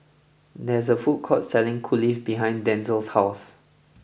there is a food court selling Kulfi behind Denzell's house